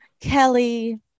Kelly